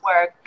work